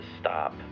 stop